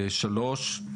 שלוש,